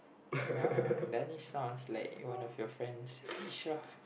ya Danish sounds like one of your friends Israf